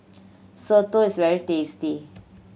soto is very tasty